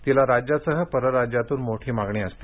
तिला राज्यासह पराज्यातून मोठी मागणी असते